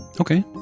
Okay